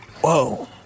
Whoa